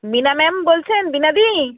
বীণা ma'am বলছেন বীণাদি